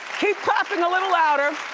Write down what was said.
keep clapping a little louder.